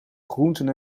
groenten